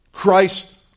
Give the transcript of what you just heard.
Christ